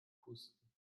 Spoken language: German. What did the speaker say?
pusten